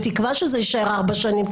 בתקווה שזה יישאר ארבע שנים,